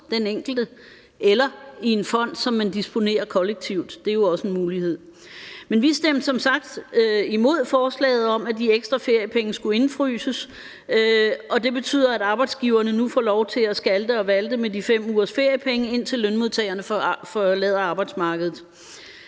den enkelte, eller i en fond, som man disponerer kollektivt. Det er jo også en mulighed. Men vi stemte som sagt imod forslaget om, at de ekstra feriepenge skulle indfryses, og det betyder, at arbejdsgiverne nu får lov til at skalte og valte med de fem ugers feriepenge, indtil lønmodtagerne forlader arbejdsmarkedet.